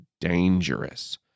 dangerous